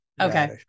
Okay